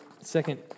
second